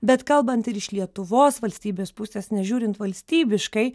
bet kalbant ir iš lietuvos valstybės pusės nes žiūrint valstybiškai